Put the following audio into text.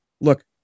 look